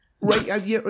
Right